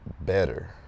better